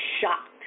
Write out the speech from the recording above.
shocked